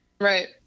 right